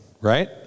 Right